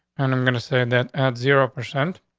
and i'm going to say that at zero percent